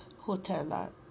hotel